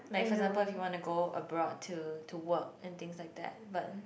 like for example if you want to go abroad to to work and things like that but